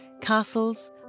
castles